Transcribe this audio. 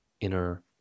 inner